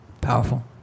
Powerful